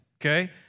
Okay